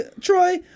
Troy